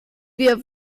wir